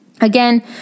Again